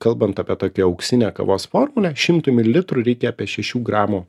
kalbant apie tokią auksinę kavos formulę šimtui mililitrų reikia apie šešių gramų